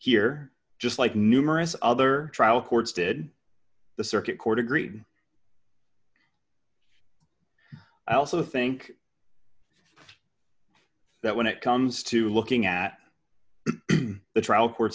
here just like numerous other trial courts did the circuit court agreed i also think that when it comes to looking at the trial court